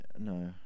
no